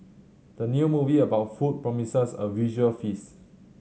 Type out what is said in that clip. the new movie about food promises a visual feast